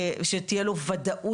שתהיה לו ודאות,